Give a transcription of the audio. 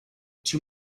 too